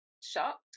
shocked